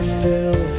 fill